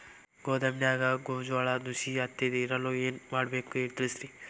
ಗೋದಾಮಿನ್ಯಾಗ ಗೋಂಜಾಳ ನುಸಿ ಹತ್ತದೇ ಇರಲು ಏನು ಮಾಡಬೇಕು ತಿಳಸ್ರಿ